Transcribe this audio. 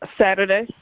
Saturday